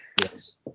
Yes